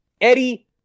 Eddie –